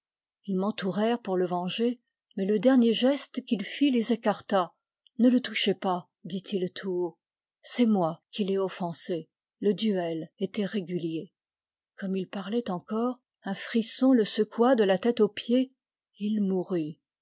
ils m'entourèrent pour le venger mais le dernier geste qu'il fit les écarta ne le touchez pas dit-il tout haut c'est moi qui l'ai offensé le duel était régulier comme il parlait encore un frisson le secoua de la tête aux pieds et il mourut